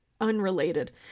unrelated